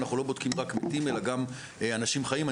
אנחנו לא בודקים רק מתים אלא גם אנשים חיים.